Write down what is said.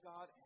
God